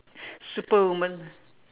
Superwoman